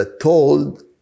told